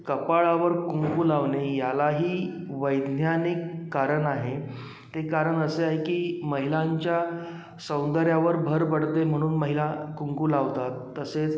कपाळावर कुंकू लावणे यालाही वैज्ञानिक कारण आहे ते कारण असे आहे की महिलांच्या सौंदर्यावर भर पडते म्हणून महिला कुंकू लावतात तसेच